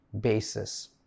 basis